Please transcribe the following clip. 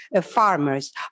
farmers